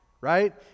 Right